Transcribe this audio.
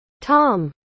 Tom